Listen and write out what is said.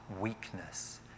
weakness